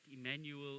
Emmanuel